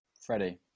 Freddie